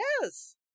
yes